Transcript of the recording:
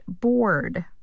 bored